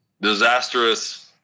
disastrous